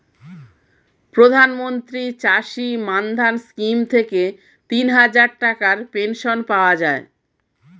প্রধানমন্ত্রী চাষী মান্ধান স্কিম থেকে তিনহাজার টাকার পেনশন পাওয়া যায়